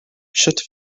sut